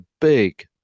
big